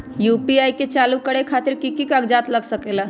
UPI के चालु करे खातीर कि की कागज़ात लग सकेला?